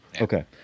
Okay